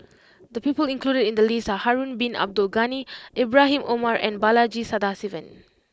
the people included in the list are Harun bin Abdul Ghani Ibrahim Omar and Balaji Sadasivan